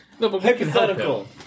hypothetical